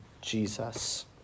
Jesus